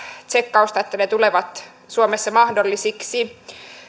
tsekkausta että ne tulevat suomessa mahdollisiksi